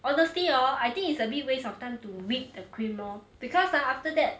honestly hor I think it's a bit waste of time to whip the cream lor because ah after that